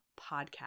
podcast